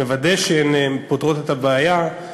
מוודא שהן פותרות את הבעיה.